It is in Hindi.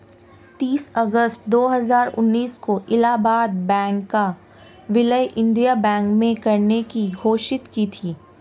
तीस अगस्त दो हजार उन्नीस को इलाहबाद बैंक का विलय इंडियन बैंक में करने की घोषणा की थी